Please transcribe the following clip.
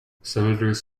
senators